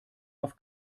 auf